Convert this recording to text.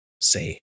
say